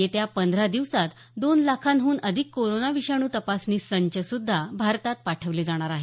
येत्या पंधरा दिवसात दोन लाखांहून अधिक कोरोना विषाणू तपासणी संच सुद्धा भारतात पाठवले जाणार आहेत